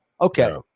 Okay